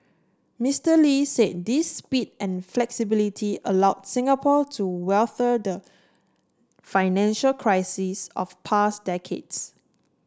Mister Lee said this speed and flexibility allowed Singapore to weather the financial crises of past decades